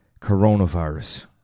Coronavirus